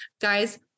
Guys